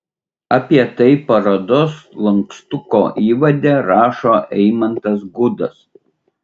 apie tai parodos lankstuko įvade rašo eimantas gudas